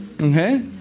okay